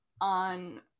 on